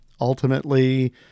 ultimately